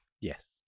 Yes